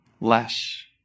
less